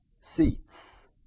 seats